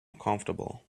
comfortable